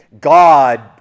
God